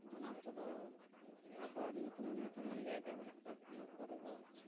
ᱚᱱᱟ ᱠᱚᱫᱚ ᱡᱟᱦᱟᱸ ᱠᱚᱨᱮ ᱧᱩᱛᱩᱢᱟᱱ ᱧᱩᱛᱩᱢᱟᱱ ᱡᱟᱭᱜᱟ ᱠᱚ ᱢᱮᱱᱟᱜ ᱟᱠᱟᱫᱟ ᱚᱱᱟ ᱠᱚᱨᱮᱫᱚ